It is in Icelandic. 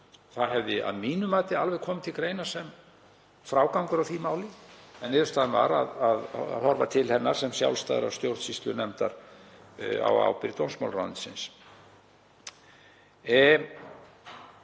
Það hefði að mínu mati alveg komið til greina sem frágangur á því máli. En niðurstaðan var að horfa til hennar sem sjálfstæðrar stjórnsýslunefndar á ábyrgð dómsmálaráðuneytisins.